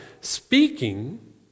speaking